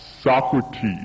Socrates